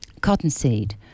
Cottonseed